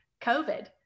covid